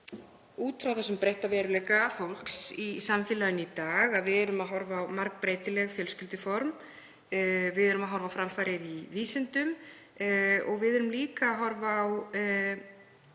frá þessum breytta veruleika fólks í samfélaginu í dag. Við erum að horfa á margbreytileg fjölskylduform, við erum að horfa á framfarir í vísindum og við erum líka að horfa á